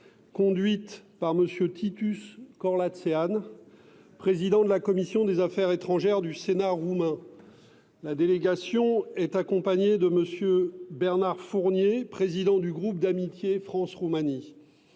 conduite par M. Titus Corlatean, président de la commission des affaires étrangères du Sénat roumain. La délégation est accompagnée de M. Bernard Fournier, président du groupe d'amitié France-Roumanie.